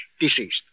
deceased